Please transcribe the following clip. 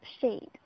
shade